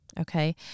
okay